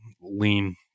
lean